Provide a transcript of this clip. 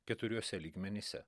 keturiuose lygmenyse